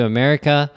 America